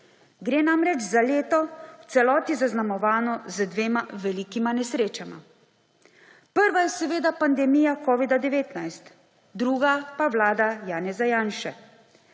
Gre namreč za leto v celoti zaznamovano z dvema velikima nesrečama. Prva je pandemija covida-19, druga pa vlada Janeza Janše.